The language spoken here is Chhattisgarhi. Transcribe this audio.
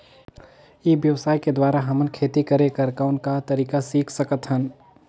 ई व्यवसाय के द्वारा हमन खेती करे कर कौन का तरीका सीख सकत हन?